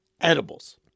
edibles